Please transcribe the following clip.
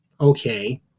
Okay